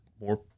more